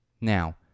Now